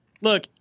look